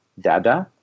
dada